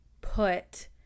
put